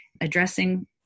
addressing